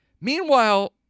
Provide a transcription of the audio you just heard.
Meanwhile